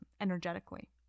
energetically